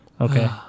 Okay